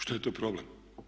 Što je tu problem?